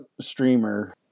streamer